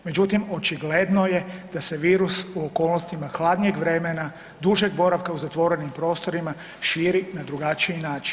Međutim, očigledno je da se virus u okolnostima hladnijeg vremena, dužeg boravka u zatvorenim prostorima širi na drugačiji način.